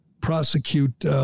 prosecute